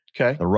Okay